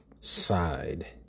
side